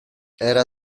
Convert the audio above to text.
era